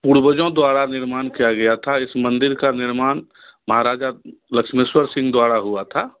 पूर्वजों द्वारा निर्माण किया गया था इस मंदिर का निर्माण महाराजा लक्ष्मेश्वर सिंह द्वारा हुआ था